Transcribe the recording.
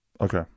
Okay